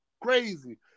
crazy